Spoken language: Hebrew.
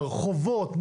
ברחובות,